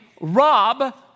Rob